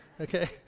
Okay